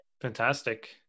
Fantastic